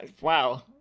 wow